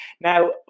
Now